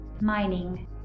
mining